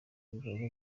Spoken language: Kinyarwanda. ibikorwa